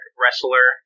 wrestler